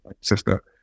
sister